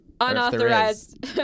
unauthorized